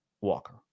Walker